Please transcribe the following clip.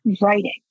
writing